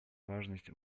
важность